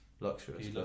Luxurious